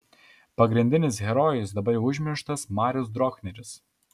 pagrindinis herojus dabar jau užmirštas marius drochneris